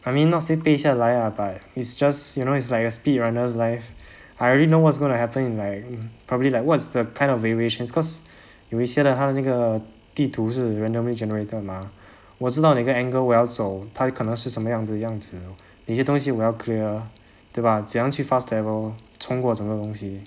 I mean not say 背下来 ah by it's just you know is like a speed runners life I already know what's going to happen in like probably like what's the kind of variations cause 有一些的他的那个地图是 randomly generated mah 我知道哪一个 angle 我要走他可能是什么样的样子一些东西我要 clear 对吧这么样去 fast level 冲过整个的东西